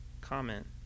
comment